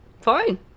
Fine